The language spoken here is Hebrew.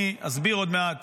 אני אסביר עוד מעט